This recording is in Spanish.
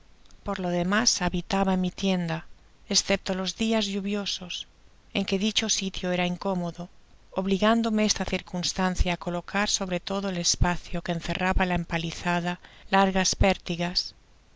por lo demás habitaba en mi tienda escepto los dias lluviosos en que dicho sitio era incómodo obligándome esta circunstancia á colocar sobre todo el espacio que encerraba la empalizada largas pertigas